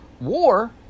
War